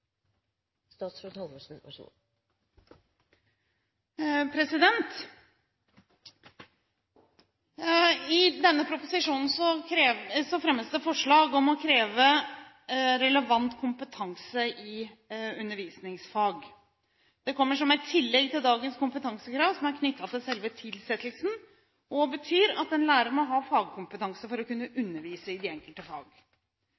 I denne proposisjonen fremmes det forslag om å kreve relevant kompetanse i undervisningsfag. Det kommer som et tillegg til dagens kompetansekrav, som er knyttet til selve tilsettingen, og betyr at en lærer må ha fagkompetanse for å kunne undervise i de enkelte fag.